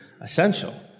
essential